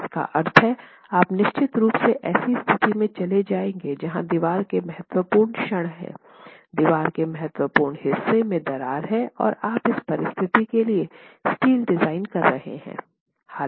इसका अर्थ हैं आप निश्चित रूप से ऐसी स्थिति में चले गए हैं जहां दीवार के महत्वपूर्ण क्षण हैं दीवार के महत्वपूर्ण हिस्से में दरार है और आप इस परिस्थिति के लिए स्टील डिज़ाइन कर रहे हैं